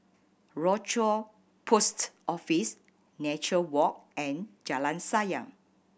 Rochor Post Office Nature Walk and Jalan Sayang